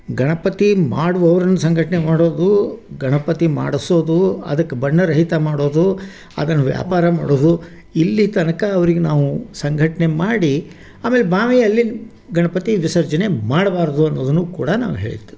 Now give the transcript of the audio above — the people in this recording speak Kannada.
ಗಣಪತಿ ಮಾಡುವವ್ರನ್ನು ಸಂಘಟನೆ ಮಾಡೋದು ಗಣಪತಿ ಮಾಡಿಸೋದು ಅದಕ್ಕೆ ಬಣ್ಣರಹಿತ ಮಾಡೋದು ಅದನ್ನು ವ್ಯಾಪಾರ ಮಾಡೋದು ಇಲ್ಲಿ ತನಕ ಅವ್ರಿಗೆ ನಾವು ಸಂಘಟನೆ ಮಾಡಿ ಆಮೇಲೆ ಬಾವಿಯಲ್ಲಿ ಗಣಪತಿ ವಿಸರ್ಜನೆ ಮಾಡಬಾರದು ಅನ್ನೋದನ್ನು ಕೂಡ ನಾವು ಹೇಳಿದ್ದು